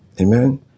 Amen